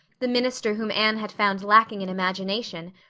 the minister whom anne had found lacking in imagination,